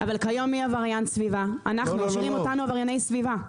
אבל כיום משאירים אותנו עברייני סביבה.